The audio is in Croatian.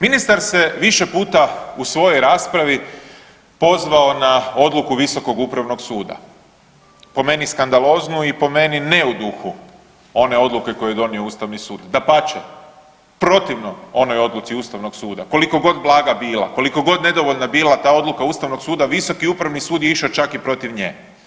Ministar se više puta u svojoj raspravi pozvao na odluku Visokog upravnog suda, po meni skandaloznu i po meni ne u duhu one odluke koju je donio Ustavni sud, dapače protivno onoj odluci Ustavnog suda koliko god blaga bila, kolika god nedovoljna bila ta odluka Ustavnog suda, Visoki upravni sud je išao čak i protiv nje.